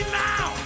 now